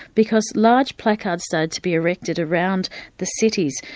because large placards started to be erected around the cities,